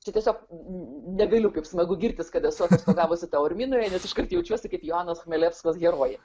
čia tiesiog negaliu kaip smagu girtis kad esu atostogavusi teorminoje iškart jaučiuosi kaip joanos chmelevskos herojė